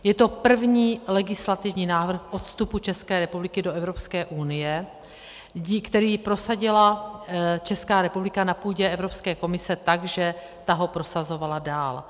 Je to první legislativní návrh od vstupu České republiky do Evropské unie, který prosadila Česká republika na půdě Evropské komise tak, že ta ho prosazovala dál.